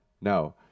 no